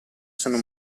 sono